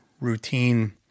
routine